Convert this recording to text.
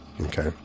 okay